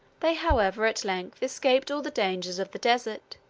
they, however, at length escaped all the dangers of the desert,